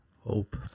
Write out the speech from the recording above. Hope